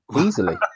easily